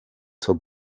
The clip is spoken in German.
zur